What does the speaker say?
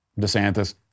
DeSantis